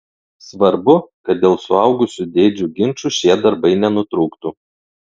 svarbu kad dėl suaugusių dėdžių ginčų šie darbai nenutrūktų